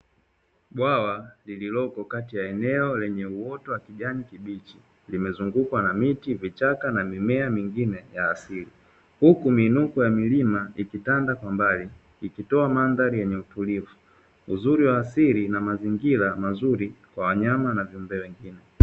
Bwawa lililoko kati ya eneo lenye uoto wa kijani kibichi limezungukwa na miti, vichaka na mimea mingine ya asili. Huku miinuko ya milima ikitanda kwa mbali, ikitoa mandhari yenye utulivu, uzuri wa asili na mazingira mazuri kwa wanyama na viumbe wengine.